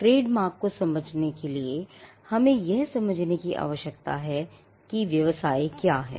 इसलिए ट्रेडमार्क को समझने के लिए हमें यह समझने की आवश्यकता है कि व्यवसाय क्या हैं